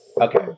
okay